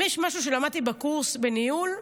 אם יש משהו שלמדתי בקורס בניהול: